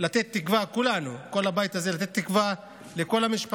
כל הבית הזה, רוצים כולנו לתת תקווה לכל המשפחות,